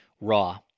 raw